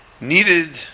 needed